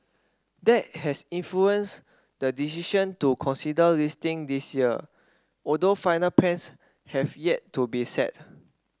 that has influenced the decision to consider listing this year although final plans have yet to be set